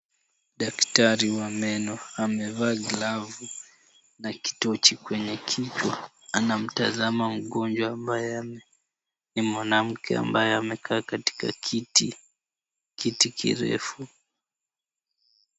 Daktari wa meno amevaa glavu na kitochi kwenye kichwa. Anamtazama mgonjwa ambaye ni mwanamke ambaye amekaa katika kiti kirefu.